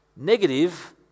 Negative